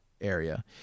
area